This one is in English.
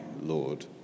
Lord